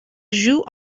joue